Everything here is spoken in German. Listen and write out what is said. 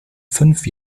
fünf